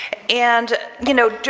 and, you know,